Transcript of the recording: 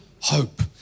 hope